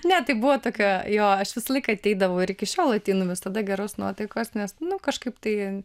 ne tai buvo tokia jo aš visąlaik ateidavau ir iki šiol ateinu visada geros nuotaikos nes nu kažkaip tai